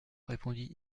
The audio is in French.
répondit